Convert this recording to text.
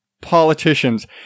politicians